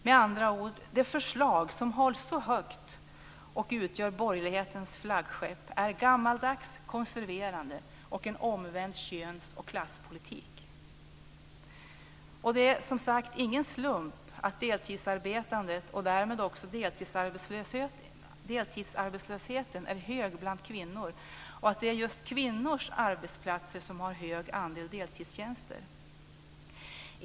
Med andra ord: Det förslag som hålls så högt och utgör borgerlighetens flaggskepp är gammaldags, konserverande och en omvänd köns och klasspolitik. Det är som sagt ingen slump att deltidsarbetandet, och därmed också deltidsarbetslösheten, är hög bland kvinnor och att det är just kvinnors arbetsplatser som har hög andel deltidstjänster.